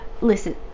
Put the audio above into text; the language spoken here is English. listen